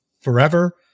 forever